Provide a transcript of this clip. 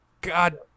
God